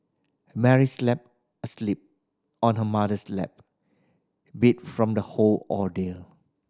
Mary asleep on her mother's lap beat from the whole ordeal